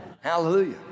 hallelujah